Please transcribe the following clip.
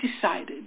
decided